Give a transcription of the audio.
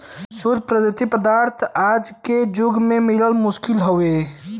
शुद्ध प्राकृतिक पदार्थ आज के जुग में मिलल मुश्किल हउवे